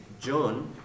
John